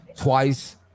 Twice